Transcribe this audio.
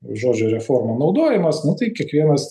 žodžio reforma naudojimas nu tai kiekvienas